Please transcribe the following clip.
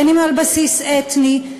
על בסיס אתני,